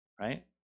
right